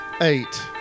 Eight